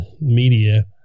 media